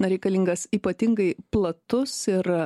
na reikalingas ypatingai platus ir